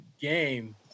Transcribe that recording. game